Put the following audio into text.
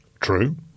true